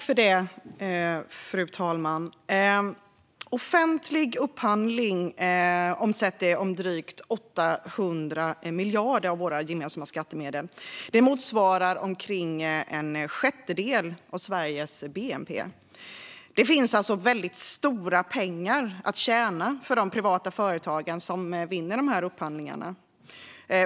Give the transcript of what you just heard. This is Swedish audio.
Fru talman! Offentlig upphandling omsätter varje år drygt 800 miljarder kronor av våra gemensamma skattemedel. Det motsvarar omkring en sjättedel av Sveriges bnp. Det finns alltså väldigt stora pengar att tjäna för de privata företag som vinner dessa upphandlingar.